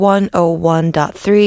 101.3